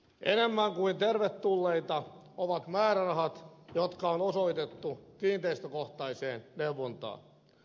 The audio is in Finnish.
enemmän kuin tervetulleita ovat määrärahat jotka on osoitettu kiinteistökohtaiseen neuvontaan